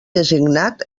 designat